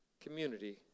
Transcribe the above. community